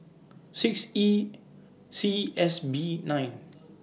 six E C S B nine